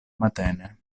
matene